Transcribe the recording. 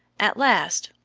at last,